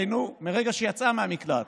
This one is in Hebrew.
היינו, מרגע שיצאה מהמקלט